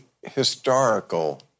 historical